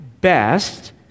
best